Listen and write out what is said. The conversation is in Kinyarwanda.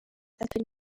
atari